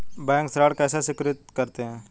Bank ऋण कैसे स्वीकृत करते हैं?